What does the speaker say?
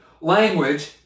language